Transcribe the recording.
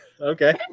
Okay